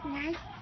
nice